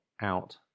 out